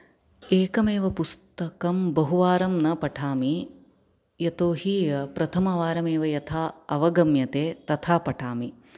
एकमेव पुस्तकं बहुवारं न पठामि यतोऽहि प्रथमवारं एव यथा अवगम्यते तथा पठामि